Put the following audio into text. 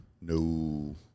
No